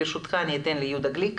בבקשה יהודה גליק.